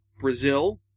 Brazil